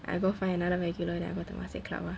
I go find another regular liao go temasek club ah